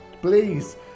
please